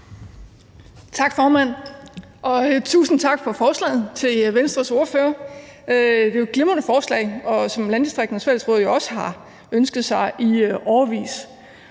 Tak, formand. Og tusind tak til Venstres ordfører for forslaget. Det er et glimrende forslag, som Landdistrikternes Fællesråd jo også har ønsket sig i årevis.